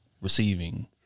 receiving